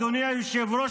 אדוני היושב-ראש,